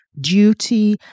duty